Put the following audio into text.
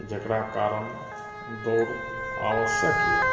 जेकरा कारण दौड़ आवश्यक यए